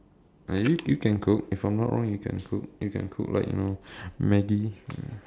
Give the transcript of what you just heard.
ah you you can cook if I'm not wrong you can cook you can cook like you know Maggi ya